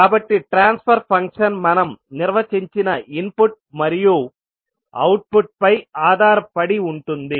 కాబట్టి transfer function మనం నిర్వచించిన ఇన్పుట్ మరియు అవుట్పుట్ పై ఆధారపడి ఉంటుంది